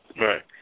Right